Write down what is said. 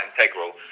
integral